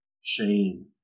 shame